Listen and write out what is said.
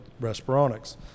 Respironics